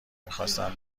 میخواستم